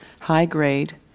high-grade